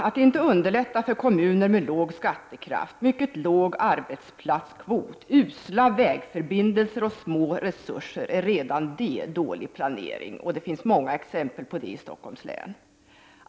Att inte underlätta för kommuner med låg skattekraft, mycket låg arbetsplatskvot, usla vägförbindelser och små resurser är redan det en dålig planering — och det finns många exempel på detta i Stockholms län.